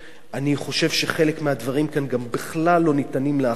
אני חושב שחלק מהדברים כאן גם בכלל לא ניתנים לאכיפה,